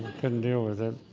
couldn't deal with it,